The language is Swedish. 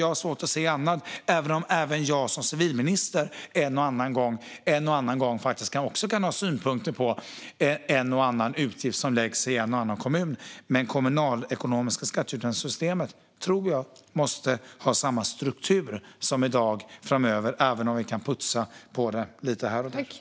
Jag har svårt att se annat, även om också jag som civilminister då och då faktiskt kan ha synpunkter på en och annan utgift som läggs i en och annan kommun. Men det kommunalekonomiska skatteutjämningssystemet måste ha samma struktur framöver som i dag, tror jag, även om vi kan putsa på det lite här och där.